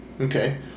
Okay